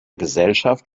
gesellschaft